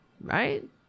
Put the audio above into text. right